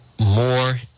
more